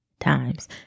times